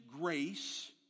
grace